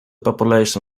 population